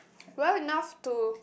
well enough to